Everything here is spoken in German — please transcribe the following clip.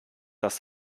das